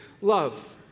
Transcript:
love